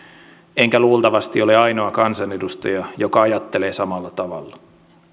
enkä luultavasti ole ainoa kansanedustaja joka ajattelee samalla tavalla